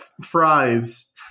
fries